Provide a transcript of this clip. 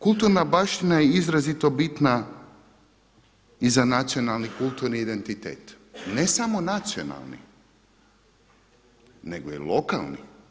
Kulturna baština je izrazito bitna i nacionalni kulturni identitet, ne samo nacionalni, nego i lokalni.